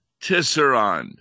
Tisserand